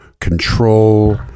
control